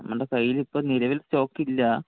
നമ്മുടെ കയ്യിൽ ഇപ്പോൾ നിലവിൽ സ്റ്റോക്ക് ഇല്ല